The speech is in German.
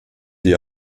die